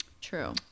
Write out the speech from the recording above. true